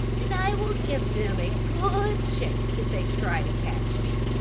and i will give them a good chase if they try to catch me.